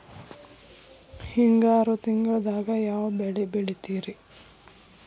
ಹಿಂಗಾರು ತಿಂಗಳದಾಗ ಯಾವ ಬೆಳೆ ಬೆಳಿತಿರಿ?